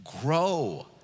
Grow